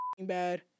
bad